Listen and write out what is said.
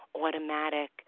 automatic